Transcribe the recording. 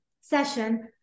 session